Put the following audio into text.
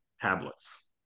tablets